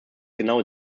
genau